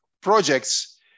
projects